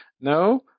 no